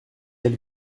elle